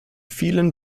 vielen